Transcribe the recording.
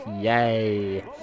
Yay